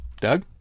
Doug